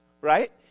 Right